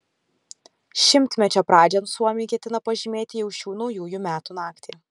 šimtmečio pradžią suomiai ketina pažymėti jau šių naujųjų metų naktį